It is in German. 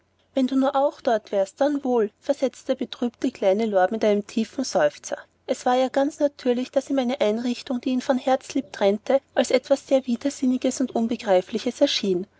wenn du auch dort wärst dann wohl versetzte der betrübte kleine lord mit einem tiefen seufzer es war ja ganz natürlich daß ihm eine einrichtung die ihn von herzlieb trennte als etwas sehr widersinniges und unbegreifliches erschien